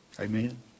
Amen